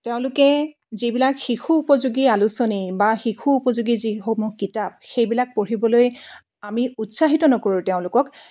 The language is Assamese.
তেওঁলোকে যিবিলাক শিশু উপযোগী আলোচনী বা শিশু উপযোগী যিসমূহ কিতাপ সেইবিলাক পঢ়িবলৈ আমি উৎসাহিত নকৰোঁ তেওঁলোকক